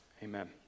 Amen